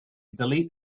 delete